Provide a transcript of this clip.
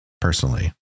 personally